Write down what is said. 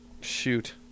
shoot